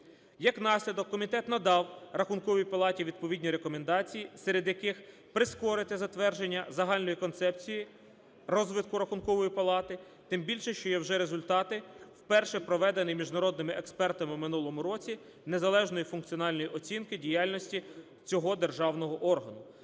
Як наслідок, комітет надав Рахунковій палаті відповідні рекомендації, серед яких: прискорити затвердження загальної концепції розвитку Рахункової палати, тим більше, що є вже результати – вперше проведення міжнародними експертами в минулому році незалежної функціональної оцінка діяльності цього державного органу.